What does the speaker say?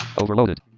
Overloaded